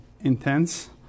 intense